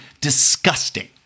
disgusting